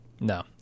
no